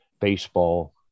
baseball